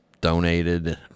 donated